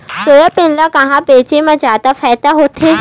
Soybean ल कहां बेचे म जादा फ़ायदा हवय?